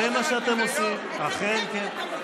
זה מה שאתם עושים, אכן כן.